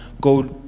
Go